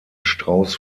strauß